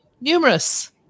numerous